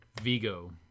Vigo